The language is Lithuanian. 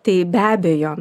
tai be abejo